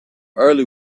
early